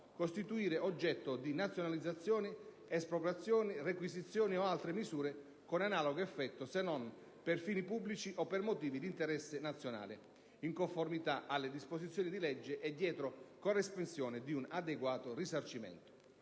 costituire oggetto di nazionalizzazioni, espropriazioni, requisizioni o altre misure con analogo effetto se non per fini pubblici o per motivi di interesse nazionale in conformità alle disposizioni di legge e dietro corresponsione di un adeguato risarcimento.